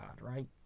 right